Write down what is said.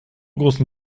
großen